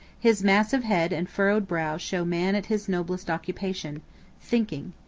his massive head and furrowed brow show man at his noblest occupation thinking.